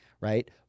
right